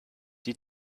die